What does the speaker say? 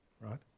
Right